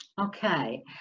Okay